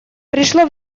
пришло